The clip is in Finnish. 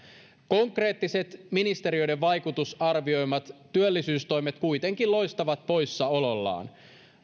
konkreettiset ministeriöiden vaikutusarvioimat työllisyystoimet kuitenkin loistavat poissaolollaan